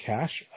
Cash